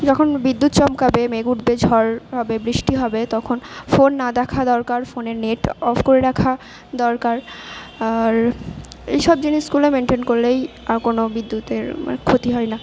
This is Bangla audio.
যখন বিদ্যুৎ চমকাবে মেঘ উঠবে ঝড় হবে বৃষ্টি হবে তখন ফোন না দেখা দরকার ফোনের নেট অফ করে রাখা দরকার আর এই সব জিনিসগুলো মেনটেন করলেই আর কোনো বিদ্যুতের ক্ষতি হয় না